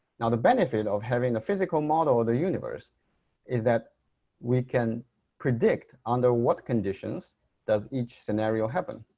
now the benefit of having a physical model of the universe is that we can predict under what conditions does each scenario happen